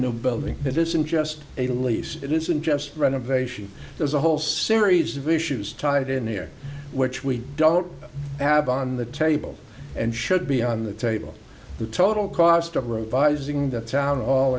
new building it isn't just a lease it isn't just renovation there's a whole series of issues tied in here which we don't have on the table and should be on the table the total cost of revising the town all